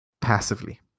passively